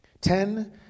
ten